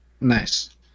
nice